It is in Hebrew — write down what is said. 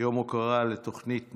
ציון יום ההוקרה לתוכנית נעל"ה,